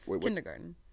Kindergarten